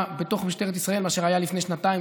בתוך משטרת ישראל מאשר הייתה לפני שנתיים,